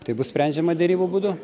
tai bus sprendžiama derybų būdu